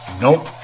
Nope